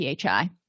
PHI